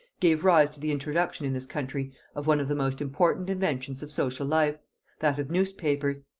gave rise to the introduction in this country of one of the most important inventions of social life that of newspapers.